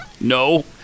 No